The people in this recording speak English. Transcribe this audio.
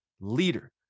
leader